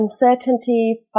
uncertainty